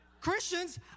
Christians